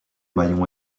maillons